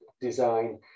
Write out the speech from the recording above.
design